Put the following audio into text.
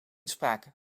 sprake